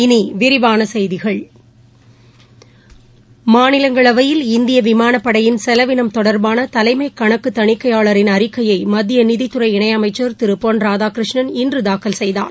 இனி விரிவான செய்திகள மாநிலங்களவையில் இந்திய விமானப்படையின் செலவினம் தொடர்பாள தலைமை கணக்கு தனிக்கையாளரின் அறிக்கையை மத்திய நிதித்துறை இணையமைச்சர் திரு பொன் ராதாகிருஷ்ணன் இன்று தாக்கல் செய்தார்